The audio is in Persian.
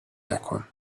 نکن